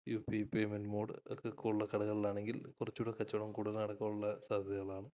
U P payment മോഡൊക്കെയുള്ള സ്ഥലങ്ങളാണെങ്കിൽ കുറച്ചുകൂടെ കച്ചവടം കൂടുതല് നടക്കാനുള്ള സാധ്യതകളാണ്